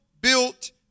built